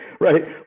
right